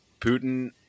Putin